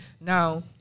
Now